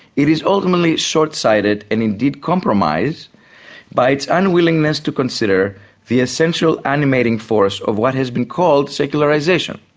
it is ultimately short-sighted and indeed compromised by its unwillingness to consider the essential animating force of what has been called secularisation,